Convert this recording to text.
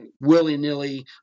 willy-nilly